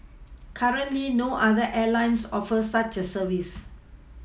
currently no other Airlines offer such a service